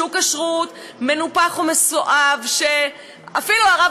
שוק כשרות מנופח ומסואב שאפילו הרב